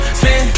spin